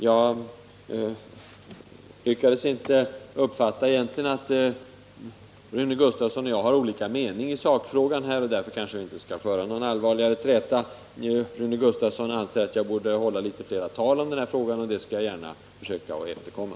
Jag lyckades inte egentligen uppfatta att Rune Gustavsson och jag har olika mening i någon sakfråga. Därför kanske vi inte skall föra någon allvarligare träta i dag. Rune Gustavsson säger att jag borde hålla flera tal om missbruksfrågorna och det skall jag gärna försöka efterkomma.